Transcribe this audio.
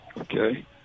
Okay